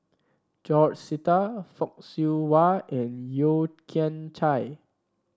George Sita Fock Siew Wah and Yeo Kian Chai